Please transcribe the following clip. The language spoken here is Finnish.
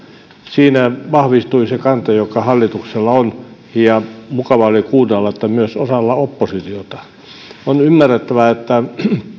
siinä vahvistui se kanta joka hallituksella on ja mukavaa oli kuunnella että myös osalla oppositiota on ymmärrettävää että